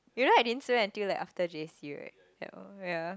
you know right I didn't say that until like after j_c right